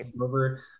over